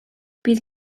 bydd